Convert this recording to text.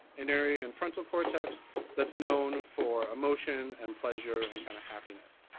an area in frontal cortex that's known for emotion and pleasure and kind of happiness.